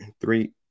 Three